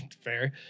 Fair